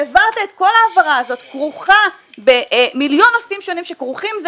העברת את כל ההעברה הזאת שכרוכה במיליון נושאים שונים שכרוכים זה